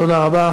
תודה רבה.